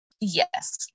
yes